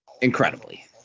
Incredibly